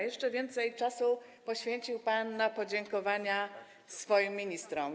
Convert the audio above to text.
Jeszcze więcej czasu poświęcił pan na podziękowania dla swoich ministrów.